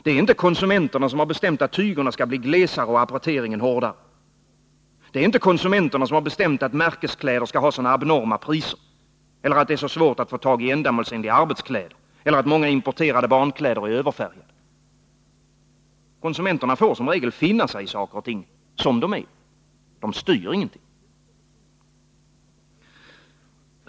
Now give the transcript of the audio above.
Det är inte konsumenterna som har bestämt att tygerna skall bli glesare och appretyren hårdare. Det är inte konsumenterna som har bestämt att märkeskläder skall ha sådana abnorma priser som de har eller att det är så svårt att få tag i ändamålsenliga arbetskläder eller att många importerade barnkläder är överfärgade. Konsumenterna får som regel finna sig i saker och ting som de är. De styr ingenting.